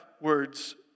words